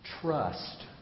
Trust